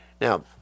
Now